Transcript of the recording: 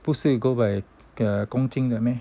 不是 go by 公斤的 meh